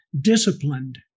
disciplined